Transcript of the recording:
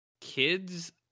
kids